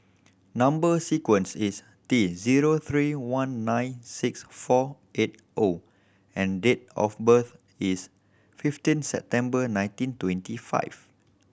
number sequence is T zero three one nine six four eight O and date of birth is fifteen September nineteen twenty five